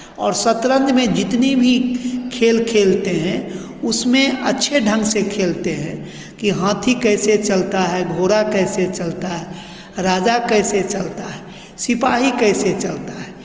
और शतरंज में जितनी भी खेल खेलते हैं उसमें अच्छे ढंग से खेलते हैं कि हाथी कैसे चलता है घोड़ा कैसे चलता है राजा कैसे चलता है सिपाही कैसे चलता है